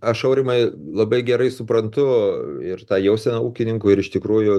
aš aurimai labai gerai suprantu ir tą jauseną ūkininkų ir iš tikrųjų